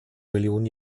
millionen